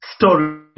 story